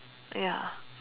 ya